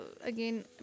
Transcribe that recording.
again